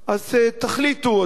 אז תחליטו: אתם תומכים,